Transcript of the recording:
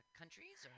countries